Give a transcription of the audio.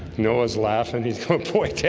noah's laughing he's boy dad.